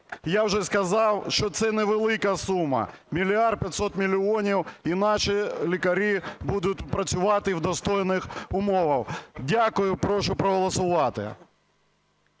Я вже сказав, що це невелика сума 1 мільярд 500 мільйонів і наші лікарі будуть працювати в достойних умовах. Дякую. Прошу проголосувати.